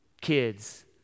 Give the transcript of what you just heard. kids